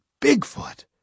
Bigfoot